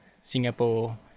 Singapore